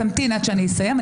תמתין עד שאני אסיים.